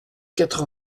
quatre